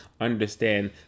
understand